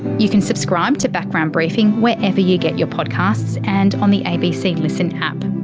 you can subscribe to background briefing wherever you get your podcasts, and on the abc listen app.